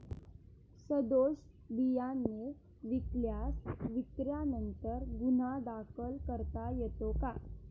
सदोष बियाणे विकल्यास विक्रेत्यांवर गुन्हा दाखल करता येतो का?